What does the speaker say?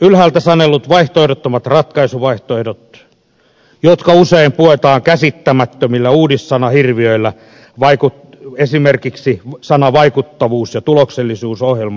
ylhäältä sanellaan vaihtoehdottomia ratkaisuvaihtoehtoja jotka usein puetaan käsittämättömillä uudissanahirviöillä esimerkiksi sanoilla vaikuttavuus ja tuloksellisuusohjelma